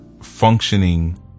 functioning